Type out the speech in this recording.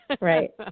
Right